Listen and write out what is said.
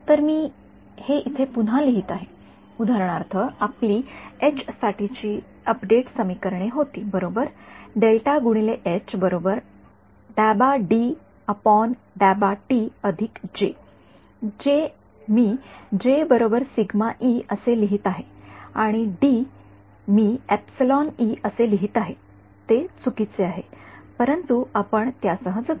तर मी हे इथे पुन्हा लिहीत आहे उदाहरणार्थ आपली साठीची अपडेट समीकरणे होती बरोबर मी असे लिहित आहे आणि मी असे लिहित आहे ते चुकीचे आहे परंतु आपण त्यासह जगू